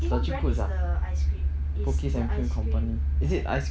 eh what brand is the ice cream is the ice cream the ice